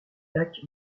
lac